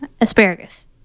asparagus